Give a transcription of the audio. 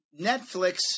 Netflix